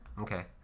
okay